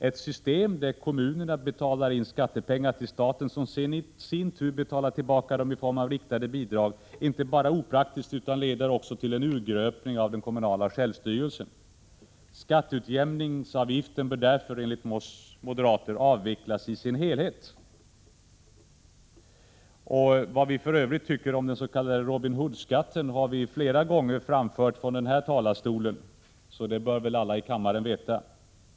Ett system där kommunerna betalar in skattepengar till staten, som sedan i sin tur betalar tillbaka dem i form av riktade bidrag, är inte bara opraktiskt utan leder också till en urgröpning av den kommunala självstyrelsen. Skatteutjämningsavgiften bör därför enligt oss moderater avvecklas i sin helhet. Vad vi för övrigt tycker om den s.k. Robin Hood-skatten har vi flera gånger framfört från den här talarstolen, så det bör väl alla i kammaren veta.